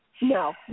No